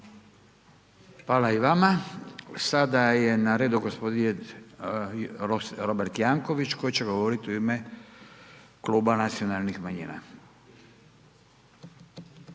Hvala i vama. Sada je na redu gospodin Robert Janković koji će govoriti u ime Kluba zastupnika nacionalnih manjina.